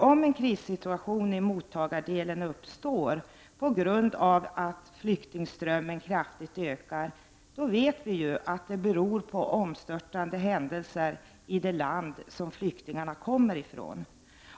Om en krissituation uppstår i mottagardelen på grund av att flyktingströmmen kraftigt ökar, så vet vi ju att det beror på omstörtande händelser i det land som flyktingarna kommer ifrån.